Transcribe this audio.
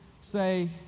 say